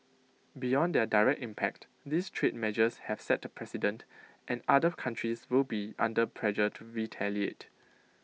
beyond their direct impact these trade measures have set A precedent and other countries will be under pressure to retaliate